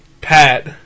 Pat